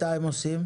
מתי הם עושים?